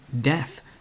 death